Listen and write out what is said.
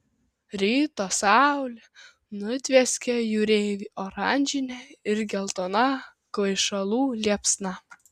ryto saulė nutvieskė jūreivį oranžine ir geltona kvaišalų liepsna